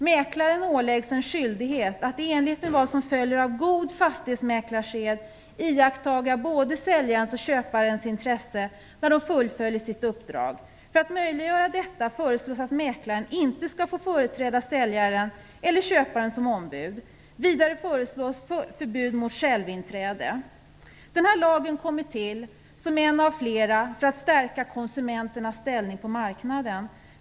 Mäklarna åläggs en skyldighet att i enlighet med vad som följer av god fastighetsmäklarsed iaktta både säljarens och köparens intresse när de fullföljer sina uppdrag. För att möjliggöra detta föreslås att mäklaren inte skall få företräda säljaren eller köparen som ombud. Den här lagen kommer till som en av flera för att stärka konsumenternas ställning på marknaden.